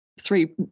three